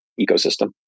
ecosystem